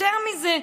יותר מזה,